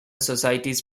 societies